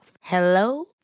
Hello